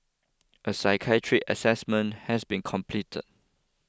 a psychiatric assessment has been completed